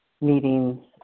meetings